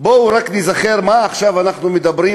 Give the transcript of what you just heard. בואו רק ניזכר על מה אנחנו עכשיו מדברים,